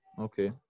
okay